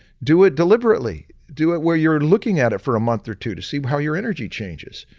do it deliberately, do it where you're looking at it for a month or two to see but how your energy changes.